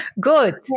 good